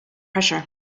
pressure